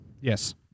Yes